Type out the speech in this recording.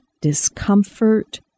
discomfort